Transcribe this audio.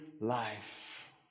life